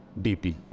DP